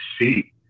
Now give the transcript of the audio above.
see